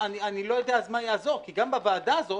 אני לא יודע אז מה יעזור, כי גם בוועדה הזאת